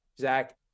Zach